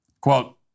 Quote